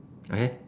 okay